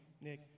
Nick